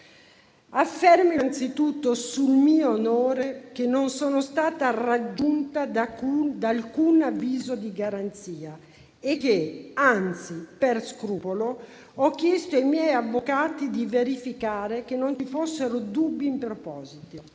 Affermo, innanzitutto, sul mio onore, che non sono stata raggiunta da alcun avviso di garanzia e che, anzi, per scrupolo, ho chiesto ai miei avvocati di verificare che non ci fossero dubbi in proposito.